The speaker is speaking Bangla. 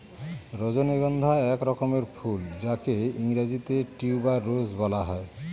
রজনীগন্ধা এক রকমের ফুল যাকে ইংরেজিতে টিউবার রোজ বলা হয়